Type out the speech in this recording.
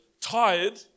tired